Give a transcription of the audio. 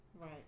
Right